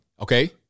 okay